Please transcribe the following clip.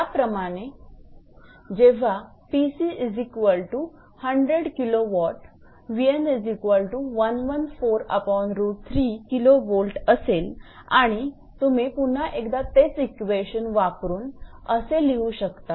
त्याप्रमाणे जेव्हा असेल आणि तुम्ही पुन्हा एकदा तेच इक्वेशन वापरून असे लिहू शकता